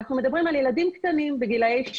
אנחנו מדברים על ילדים קטנים בגיל 3,